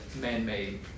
man-made